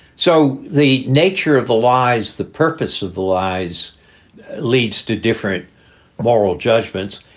so the nature of the lies, the purpose of the lies leads to different moral judgments.